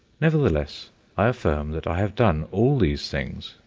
nevertheless i affirm that i have done all these things,